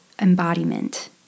embodiment